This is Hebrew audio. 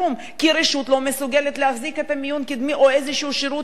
כי הרשות לא מסוגלת להחזיק את חדר המיון הקדמי או איזשהו שירות אחר.